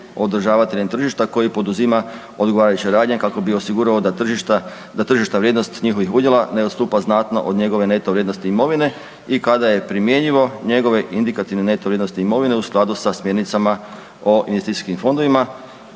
održavateljem tržišta koji poduzima odgovarajuće radnje kako bi osigurao da tržišta vrijednosti njihovih udjela ne odstupa znatno od njegove neto vrijednosti imovine i kada je primjenjivo, njegove indikativne neto vrijednosti imovine u skladu sa smjernicama o investicijskim fondovima,